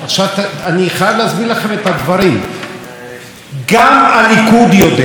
גם הליכוד יודע וגם הקבינט הביטחוני המדיני